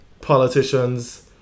politicians